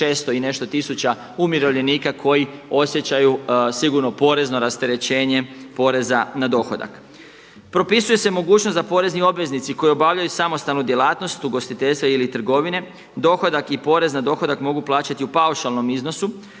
i nešto tisuća umirovljenika koji osjećaju sigurno porezno rasterećenje poreza na dohodak. Propisuje se mogućnost da porezni obveznici koji obavljaju samostalnu djelatnost ugostiteljstva ili trgovine dohodak i porez na dohodak mogu plaćati u paušalnom iznosu